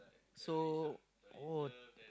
so oh